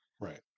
Right